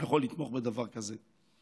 יכול לתמוך בדבר כזה.